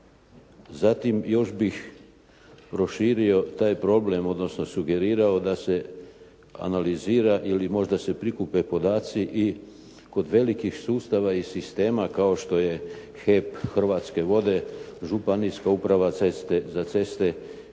Zatim još bih proširio taj problem, odnosno sugerirao da se analizira ili možda se prikupe podaci i kod velikih sustava i sistema kao što je HEP, Hrvatske vode, Županijska uprava za ceste